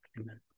Amen